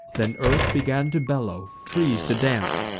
then earth began to bellow, trees to dance,